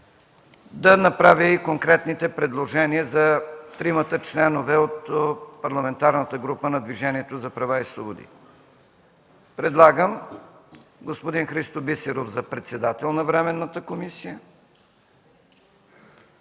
да направя и конкретните предложения за тримата членове от Парламентарната група на Движението за права и свободи. Предлагам господин Христо Бисеров за председател на временната комисия,